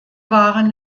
waren